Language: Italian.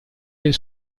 del